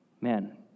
man